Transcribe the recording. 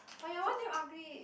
but your one damn ugly